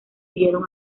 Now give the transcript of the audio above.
huyeron